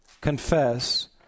confess